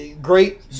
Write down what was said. Great